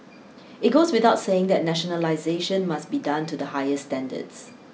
it goes without saying that nationalisation must be done to the highest standards